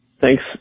Thanks